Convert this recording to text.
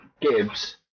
Gibbs